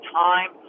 time